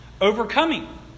Overcoming